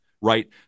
right